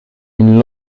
une